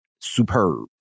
superb